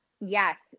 Yes